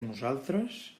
nosaltres